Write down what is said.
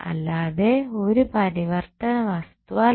അല്ലാതെ ഒരു പരിവർത്തന വസ്തു അല്ല